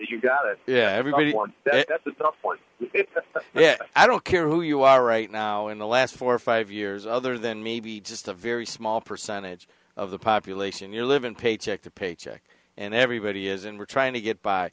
you've got it yeah everybody that's a tough one yeah i don't care who you are right now in the last four or five years other than maybe just a very small percentage of the population you're living paycheck to paycheck and everybody is and we're trying to get by